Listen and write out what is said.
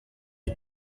die